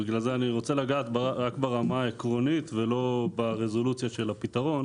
בגלל זה אני רוצה לגעת רק ברמה העקרונית ולא ברזולוציה של הפתרון,